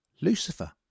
Lucifer